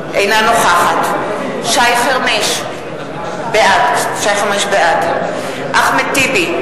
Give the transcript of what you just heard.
אינה נוכחת שי חרמש, בעד אחמד טיבי,